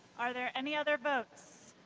are there any other votes?